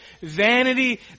vanity